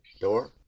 door